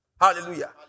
Hallelujah